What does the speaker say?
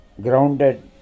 grounded